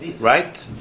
right